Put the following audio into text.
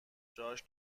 جاش